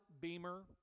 Beamer